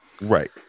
Right